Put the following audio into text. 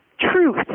truth